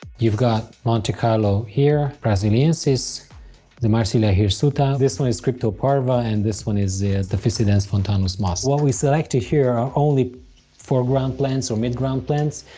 you've got monte carlo here, brasiliensis and the marsilea hirsuta. this one is crypto parva and this one is the the fissidens fontanus moss. what we selected here are only foreground plants, or mid-ground plants.